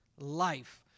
life